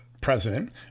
president